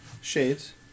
shades